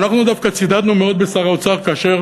אנחנו דווקא צידדנו מאוד בשר האוצר כאשר